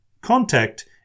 Contact